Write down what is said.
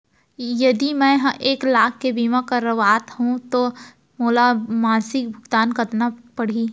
यदि मैं ह एक लाख के बीमा करवात हो त मोला मासिक भुगतान कतना पड़ही?